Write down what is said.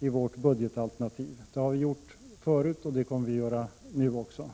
i vårt budgetalternativ. Det har vi gjort förut, och det kommer vi att göra också då.